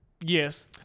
Yes